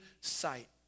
sight